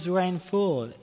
rainfall